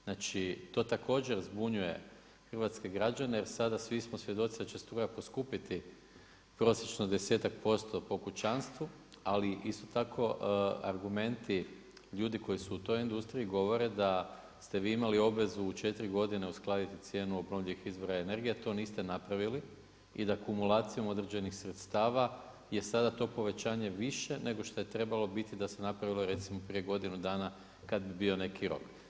Znači to također zbunjuje hrvatske građane jer sada svi smo svjedoci da će struja poskupiti prosječno 10-ak% po kućanstvu ali isto tako argumenti ljudi koji su u toj industriji govore da ste vi imali obvezu u 4 godine uskladiti cijenu obnovljivih izvora energije a to niste napravili i da akumulacijom određenih sredstva je sada to povećanje više nego što bi trebalo biti da se napravilo recimo prije godinu dana kada bi bio neki rok.